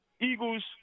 Eagles